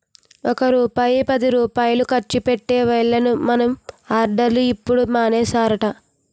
ఒక్క రూపాయి పదిరూపాయలు ఖర్చు పెట్టే వోళ్లని మని ఆర్డర్లు ఇప్పుడు మానేసారట